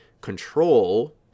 control